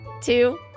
two